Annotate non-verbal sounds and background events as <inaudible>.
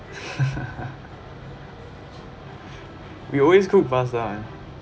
<laughs> we always cook pasta ah